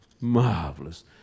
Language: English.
marvelous